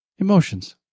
Emotions